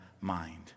mind